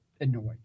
annoyed